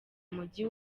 mujyi